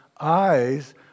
eyes